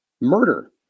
murder